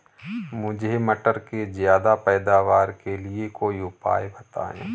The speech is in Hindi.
मुझे मटर के ज्यादा पैदावार के लिए कोई उपाय बताए?